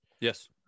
Yes